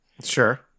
Sure